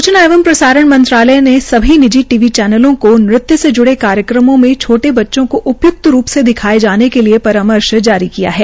सूचना एवं प्रसारण मंत्रालय ने सभी निजी टी वी चैनलों को नृत्य से ज्ड़े कार्यक्रमों से छोटे बच्चों केा उपय्क्त रूप से दिखाये जाने के लिये परामर्श जारी किया है